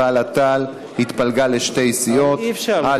חד"ש, רע"ם, בל"ד ותע"ל, התפלגה לשתי סיעות: א.